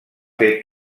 fer